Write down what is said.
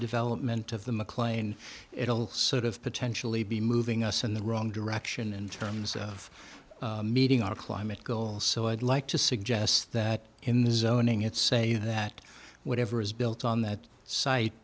development of the mclean it'll sort of potentially be moving us in the wrong direction in terms of meeting our climate goals so i'd like to suggest that in the zoning it say that whatever is built on that site